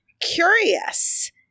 curious